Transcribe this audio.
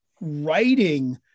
writing